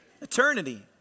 Eternity